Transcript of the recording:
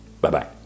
Bye-bye